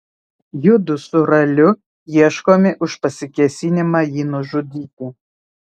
judu su raliu ieškomi už pasikėsinimą jį nužudyti